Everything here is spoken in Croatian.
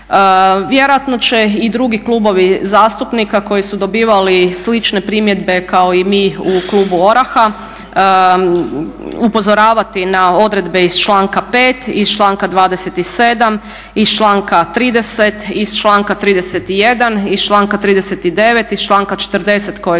Vjerojatno će i drugi klubovi zastupnika koji su dobivali slične primjedbe kao i mi u klubu ORaH-a upozoravati na odredbe iz članka 5., iz članka 27., iz članka